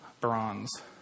bronze